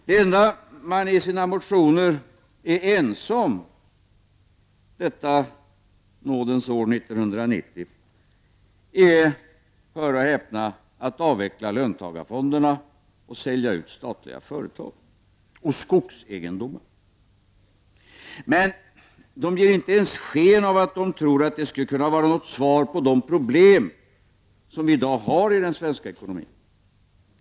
Det enda man i sina motioner är ense om detta nådens år 1990 är, hör och häpna, att avveckla löntagarfonderna och sälja ut statliga företag och skogsegendom. Men man ger inte ens sken av att man tror att det skulle vara något svar på de problem som vi i dag har i den svenska ekonomin.